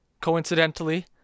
Coincidentally